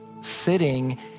sitting